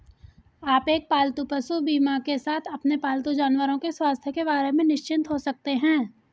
आप एक पालतू पशु बीमा के साथ अपने पालतू जानवरों के स्वास्थ्य के बारे में निश्चिंत हो सकते हैं